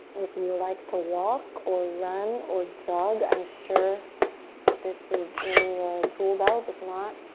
if you like to walk or run or jog, i'm sure this is in your tool belt if not